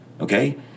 okay